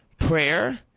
prayer